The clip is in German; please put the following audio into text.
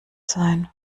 sein